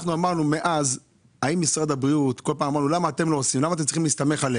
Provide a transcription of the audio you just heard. כל פעם שאלנו למה משרד הבריאות לא עושה,